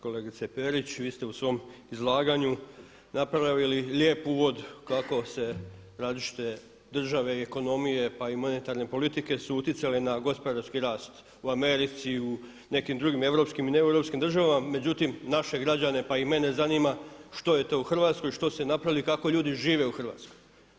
Kolegice Perić, vi ste u svom izlaganju napravili lijep uvod kako se različite države i ekonomije pa i monetarne politike su utjecale na gospodarski rast u Americi, u nekim drugim europskim i ne europskim državama, međutim naše građane pa i mene zanima što je to u Hrvatskoj, što ste napravili i kako ljudi žive u Hrvatskoj.